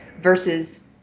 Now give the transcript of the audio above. versus